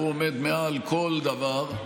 זה עומד מעל כל דבר.